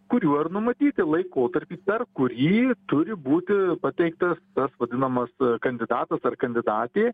kuriuo ir numatyti laikotarpį per kurį turi būti pateiktas tas vadinamas kandidatas ar kandidatė